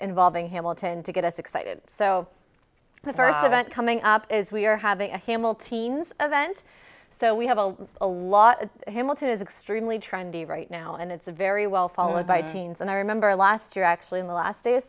involving hamilton to get us excited so the first event coming up is we're having a hamill teens event so we have a a lot of him what is extremely trendy right now and it's a very well followed by deans and i remember last year actually in the last day